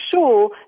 sure